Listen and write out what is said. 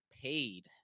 paid